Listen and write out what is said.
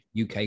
UK